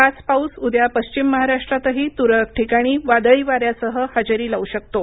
हाच पाऊस उद्या पश्चिम महाराष्ट्रातही त्रळक ठिकाणी वादळी वार्या सह हजेरी लावू शकतो